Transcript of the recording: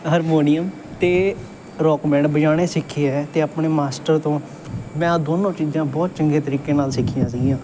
harmonium ਅਤੇ rock band ਵਜਾਉਣੇ ਸਿੱਖੇ ਹੈ ਅਤੇ ਆਪਣੇ ਮਾਸਟਰ ਤੋਂ ਮੈਂ ਇਹ ਦੋਨੋਂ ਚੀਜ਼ਾਂ ਬਹੁਤ ਚੰਗੇ ਤਰੀਕੇ ਨਾਲ ਸਿੱਖੀਆਂ ਸੀਗੀਆਂ